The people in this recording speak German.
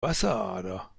wasserader